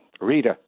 Rita